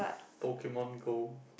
Pokemon-Go